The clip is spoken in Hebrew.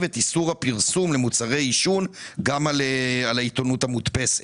את איסור הפרסום למוצרי עישון גם על העיתונות המודפסת.